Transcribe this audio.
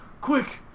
Quick